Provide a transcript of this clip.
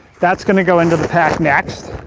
that's gonna go into the pack next.